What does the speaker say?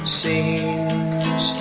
seems